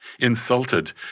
insulted